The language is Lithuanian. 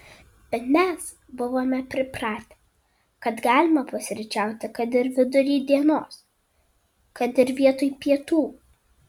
bet mes buvome pripratę kad galima pusryčiauti kad ir vidury dienos kad ir vietoj pietų